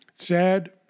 Sad